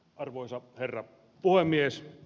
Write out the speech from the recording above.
arvoisa herra puhemies